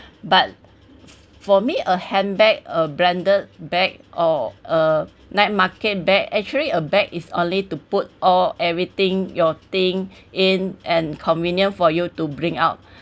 but for me a handbag a branded bag or a night market bag actually a bag is only to put all everything your thing in and convenient for you to bring out